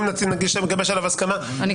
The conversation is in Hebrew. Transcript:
אם נגבש עליו הסכמה --- אדוני היושב-ראש,